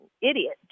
idiot